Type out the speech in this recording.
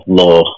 law